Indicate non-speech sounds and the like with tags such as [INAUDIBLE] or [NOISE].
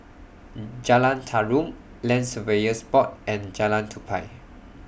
[HESITATION] Jalan Tarum Land Surveyors Board and Jalan Tupai